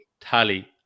tally